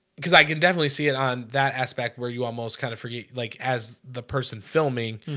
because i can definitely see it on that aspect where you almost kind of forget like as the person filming